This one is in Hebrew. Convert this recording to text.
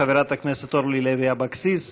חברת הכנסת אורלי לוי אבקסיס,